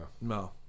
No